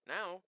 Now